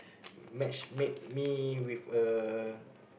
match make me with a